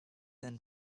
and